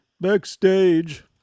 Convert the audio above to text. Backstage